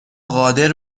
قادر